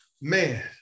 man